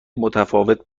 متفاوت